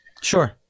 Sure